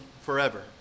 forever